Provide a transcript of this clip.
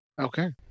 Okay